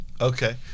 Okay